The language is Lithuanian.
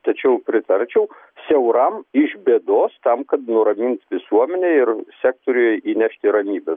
tačiau pritarčiau siauram iš bėdos tam kad nuramint visuomenę ir sektoriuj įnešti ir ramybės